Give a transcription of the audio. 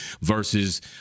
versus